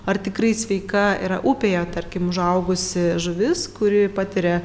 ar tikrai sveika yra upėje tarkim užaugusi žuvis kuri patiria